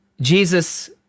Jesus